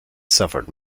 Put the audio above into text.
suffered